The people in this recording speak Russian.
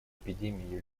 эпидемии